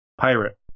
pirate